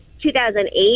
2008